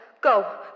go